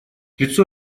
лицо